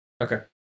Okay